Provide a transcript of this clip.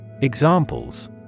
Examples